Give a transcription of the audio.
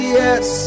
yes